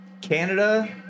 Canada